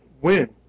win